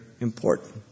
important